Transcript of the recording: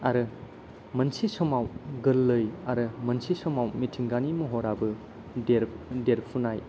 आरो मोनसे समाव गोल्लै आरो मोनसे समाव मिथिंगानि महराबो देरफुनाय